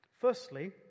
Firstly